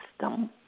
system